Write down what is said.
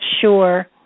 sure